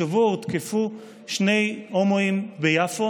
השבוע הותקפו שני הומואים ביפו